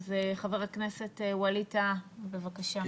חבר הכנסת ווליד טאהא, בבקשה.